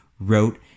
wrote